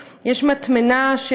היא לא מוכנה להגיד את זה בגלוי,